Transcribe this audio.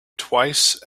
twice